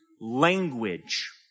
language